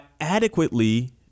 adequately